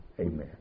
Amen